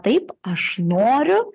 taip aš noriu